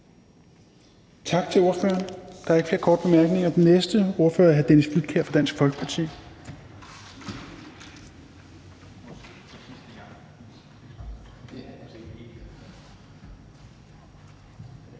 Tak til ordføreren. Der er ikke flere korte bemærkninger. Den næste ordfører er hr. Dennis Flydtkjær fra Dansk Folkeparti.